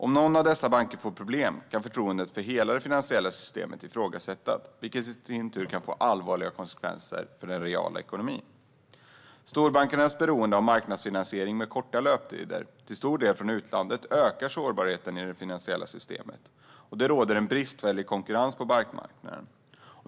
Om någon av dessa banker får problem kan förtroendet för hela det finansiella systemet ifrågasättas, vilket i sin tur kan få allvarliga konsekvenser för den reala ekonomin. Storbankernas beroende av marknadsfinansiering med korta löptider, till stor del från utlandet, ökar sårbarheten i det finansiella systemet. Det råder en bristfällig konkurrens på bankmarknaden.